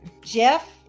Jeff